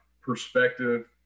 perspective